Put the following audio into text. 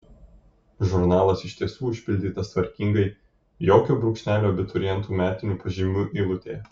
žurnalas iš tiesų užpildytas tvarkingai jokio brūkšnelio abiturientų metinių pažymių eilutėje